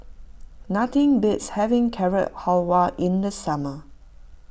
nothing beats having Carrot Halwa in the summer